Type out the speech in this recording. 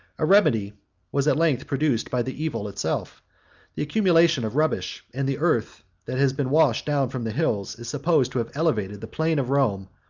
a remedy was at length produced by the evil itself the accumulation of rubbish and the earth, that has been washed down from the hills, is supposed to have elevated the plain of rome,